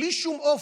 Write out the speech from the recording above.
בלי שום אופק.